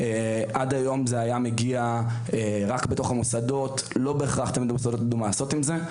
עד היום זה היה מגיע רק בתוך המוסדות ולא תמיד הם ידעו מה לעשות את זה.